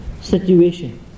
situation